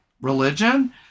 religion